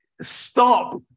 stop